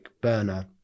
burner